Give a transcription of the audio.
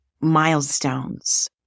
milestones